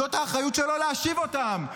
זאת האחריות שלו להשיב אותם.